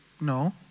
No